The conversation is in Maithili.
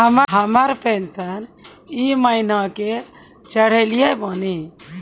हमर पेंशन ई महीने के चढ़लऽ बानी?